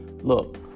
look